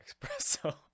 espresso